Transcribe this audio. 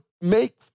make